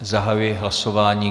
Zahajuji hlasování.